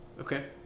Okay